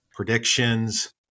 predictions